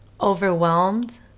overwhelmed